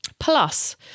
Plus